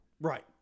Right